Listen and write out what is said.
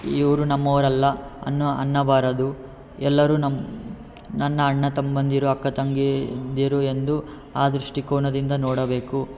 ಇವರು ನಮ್ಮೋರಲ್ಲ ಅನ್ನುವ ಅನ್ನಬಾರದು ಎಲ್ಲರು ನಮ್ಮ ನನ್ನ ಅಣ್ಣ ತಮ್ಮಂದಿರು ಅಕ್ಕ ತಂಗಿಯಂದಿರು ಎಂದು ಆ ದೃಷ್ಟಿಕೋನದಿಂದ ನೋಡಬೇಕು